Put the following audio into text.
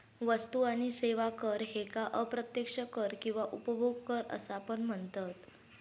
वस्तू आणि सेवा कर ह्येका अप्रत्यक्ष कर किंवा उपभोग कर असा पण म्हनतत